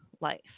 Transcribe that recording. life